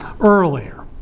earlier